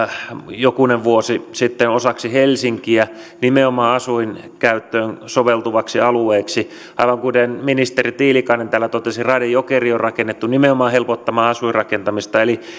jokunen vuosi sitten osaksi helsinkiä nimenomaan asuinkäyttöön soveltuvaksi alueeksi aivan kuten ministeri tiilikainen täällä totesi raide jokeri on rakennettu nimenomaan helpottamaan asuinrakentamista eli